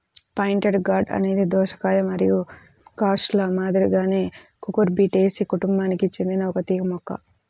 pointed gourd అనేది దోసకాయ మరియు స్క్వాష్ల మాదిరిగానే కుకుర్బిటేసి కుటుంబానికి చెందిన ఒక తీగ మొక్క